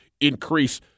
increase